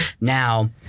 Now